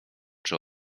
czy